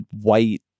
white